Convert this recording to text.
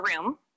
room